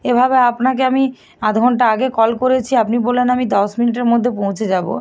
এভাবে আপনাকে আমি আধ ঘন্টা আগে কল করেছি আপনি বললেন আমি দশ মিনিটের মধ্যে পৌঁছে যাবো